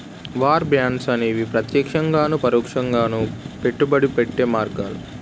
war bonds అనేవి ప్రత్యక్షంగాను పరోక్షంగాను పెట్టుబడి పెట్టే మార్గాలు